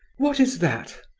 what is that?